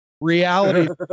reality